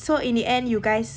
so in the end you guys